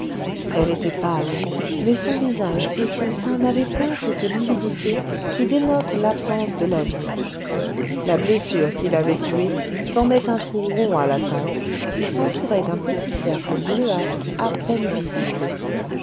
elle était pâle mais son visage et son sein n'avaient point cette lividité qui dénote l'absence de la vie la blessure qui l'avait tuée formait un trou rond à la tempe et s'entourait d'un petit cercle bleuâtre à peine visible